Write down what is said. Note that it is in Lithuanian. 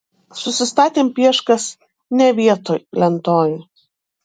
susistatėm pieškas ne vietoj lentoj